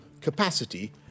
capacity